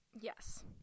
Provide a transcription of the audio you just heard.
yes